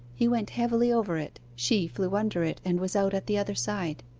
he went heavily over it she flew under it, and was out at the other side.